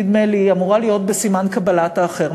נדמה לי שהיא אמורה להיות בסימן קבלת האחר.